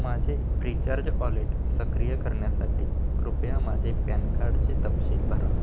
माझे Freecharge wallet सक्रिय करण्यासाठी कृपया माझे पॅन कार्डचे तपशील भरा